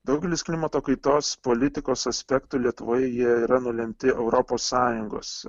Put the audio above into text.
daugelis klimato kaitos politikos aspektų lietuvoje jie yra nulemti europos sąjungos